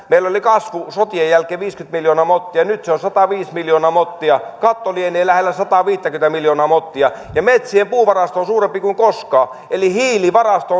meillä oli kasvu sotien jälkeen viisikymmentä miljoonaa mottia nyt se on sataviisi miljoonaa mottia katto lienee lähellä sataaviittäkymmentä miljoonaa mottia metsien puuvarasto on suurempi kuin koskaan eli hiilivarasto